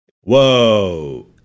Whoa